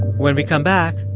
when we come back,